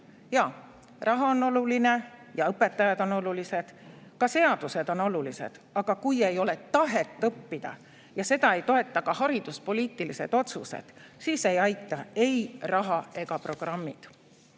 Jaa, raha on oluline ja õpetajad on olulised. Ka seadused on olulised, aga kui ei ole tahet õppida ja seda ei toeta ka hariduspoliitilised otsused, siis ei aita ei raha ega programmid.